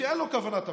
שאין לו כוונת אפליה,